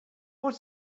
what